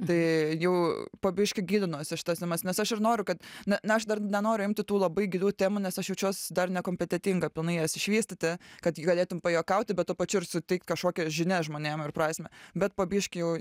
tai jau po biškį gilinuos į šitas temas nes aš ir noriu kad na na aš dar nenoriu imti tų labai gilių temų nes aš jaučiuos dar nekompetentinga pilnai jas išvystyti kad galėtum pajuokauti bet tuo pačiu ir suteikt kažkokią žinią žmonėm ir prasmę bet po biškį jau